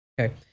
okay